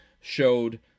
showed